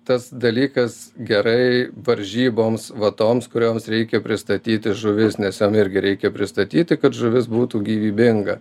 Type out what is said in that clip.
tas dalykas gerai varžyboms va toms kurioms reikia pristatyti žuvis nes jom irgi reikia pristatyti kad žuvis būtų gyvybinga